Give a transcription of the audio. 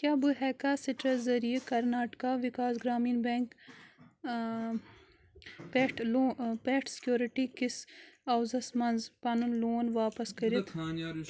کیٛاہ بہٕ ہٮ۪کھا سِٹرس ذٔریعہٕ کرناٹکا وِکاس گرٛامیٖن بیٚنٛک پٮ۪ٹھ لون پؠٹھ سِکیورٹی کِس عَوضَس منٛز پَنُن لون واپس کٔرِتھ